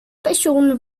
person